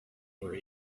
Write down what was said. over